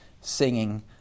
singing